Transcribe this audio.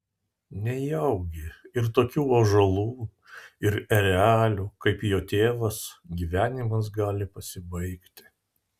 nejaugi ir tokių ąžuolų ir erelių kaip jo tėvas gyvenimas gali pasibaigti